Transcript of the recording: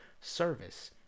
service